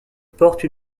porte